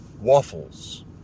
waffles